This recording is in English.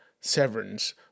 Severance